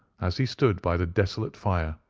as he stood by the desolate fire,